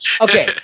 Okay